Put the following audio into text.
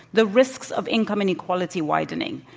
the risks of income inequality widening.